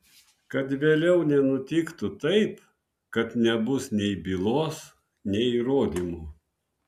kad vėliau nenutiktų taip kad nebus nei bylos nei įrodymų